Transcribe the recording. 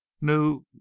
new